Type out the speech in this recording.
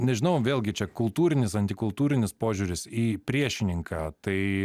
nežinau vėlgi čia kultūrinis antikultūrinis požiūris į priešininką tai